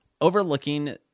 overlooking